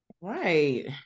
Right